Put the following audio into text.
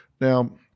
Now